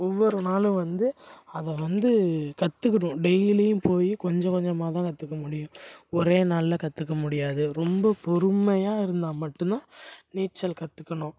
ஒவ்வொரு நாளும் வந்து அதை வந்து கற்றுக்கணும் டெய்லியும் போய் கொஞ்சம் கொஞ்சமாக தான் கற்றுக்க முடியும் ஒரே நாளில் கற்றுக்க முடியாது ரொம்ப பொறுமையாக இருந்தால் மட்டும்தான் நீச்சல் கற்றுக்கணும்